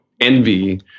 envy